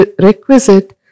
requisite